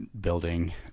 building